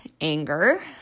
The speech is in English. anger